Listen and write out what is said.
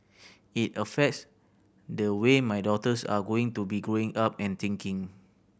it affects the way my daughters are going to be growing up and thinking